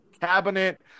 cabinet